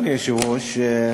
אדוני היושב-ראש,